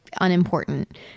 unimportant